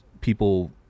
people